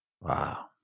Wow